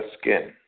skin